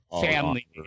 family